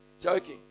Joking